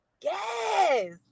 Yes